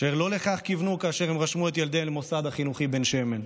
אשר לא לכך כיוונו כאשר הם רשמו את ילדיהם למוסד החינוכי בן שמן.